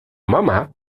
mama